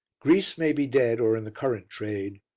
greece may be dead or in the currant trade.